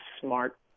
smart